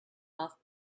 off